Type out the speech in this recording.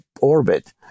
orbit